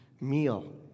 meal